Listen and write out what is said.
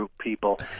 people